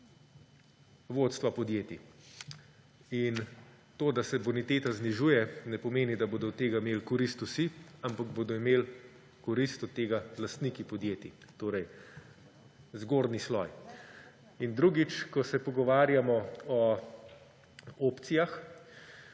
vodstva podjetij. In to, da se boniteta znižuje, ne pomeni, da bodo od tega imeli korist vsi, ampak bodo imeli korist od tega lastniki podjetij, torej zgornji sloj. In drugič, ko se pogovarjamo o opcijah,